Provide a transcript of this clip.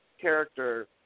character